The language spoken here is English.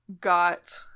got